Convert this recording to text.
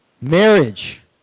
marriage